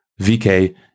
VK